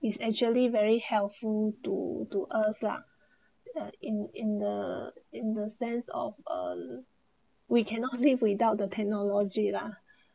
is actually very helpful to us lah in in the in the sense of uh we cannot live without the pathology lah